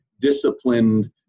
disciplined